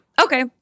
Okay